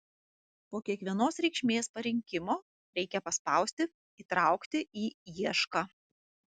po kiekvienos reikšmės parinkimo reikia paspausti įtraukti į iešką